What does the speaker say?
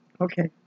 Okay